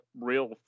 real